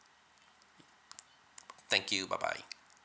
thank you bye bye